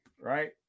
right